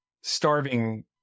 starving